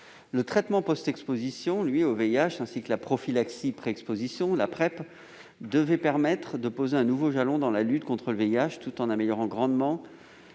Le traitement post-exposition, ou TPE, au VIH et la prophylaxie pré-exposition, la PrEP, devaient permettre de poser un nouveau jalon dans la lutte contre le VIH, tout en améliorant grandement